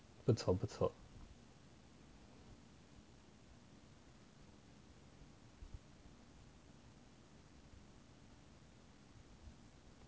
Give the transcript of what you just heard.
不错不错